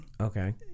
Okay